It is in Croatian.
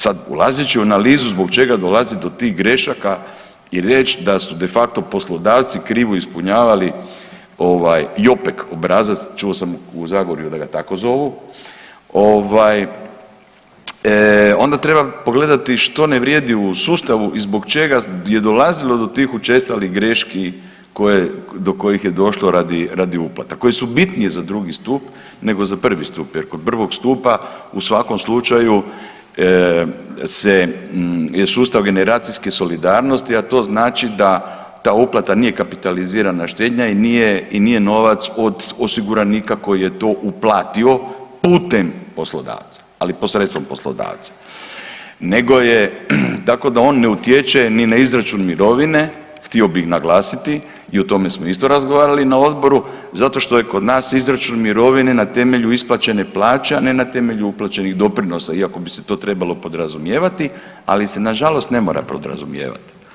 Sad, ulazeći u analizu zbog čega dolazi do tih grešaka i reći da su de facto poslodavci krivu ispunjavali „Jopek“ obrazac, čuo sam u Zagorju da ga tako zovu, ovaj, onda treba pogledati što ne vrijedi u sustavu i zbog čega je dolazilo do tih učestalih greški koje, do kojih je došlo radi uplata koji su bitniji za drugi stup nego za prvi stup jer kod prvog stupa u svakom slučaju se, je sustav generacijske solidarnosti, a to znači da ta uplata nije kapitalizirana štednja i nije novac od osiguranika koji je to uplatio putem poslodavca, ali posredstvom poslodavca nego je, tako da on ne utječe ni na izračun mirovine, htio bih naglasiti i o tome smo isto razgovarali na Odboru, zato što je kod nas izračun mirovine na temelju isplaćene plaće, a ne na temelju uplaćenih doprinosa, iako bi se to trebalo podrazumijevati, ali se nažalost ne mora podrazumijevati.